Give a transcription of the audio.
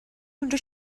اونجا